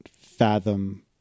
fathom